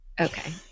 Okay